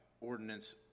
ordinance